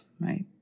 right